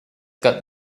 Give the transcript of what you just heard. got